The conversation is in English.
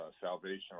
salvation